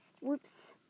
Whoops